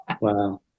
wow